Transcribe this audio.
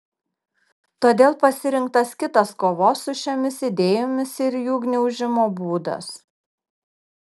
todėl pasirinktas kitas kovos su šiomis idėjomis ir jų gniaužimo būdas